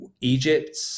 Egypt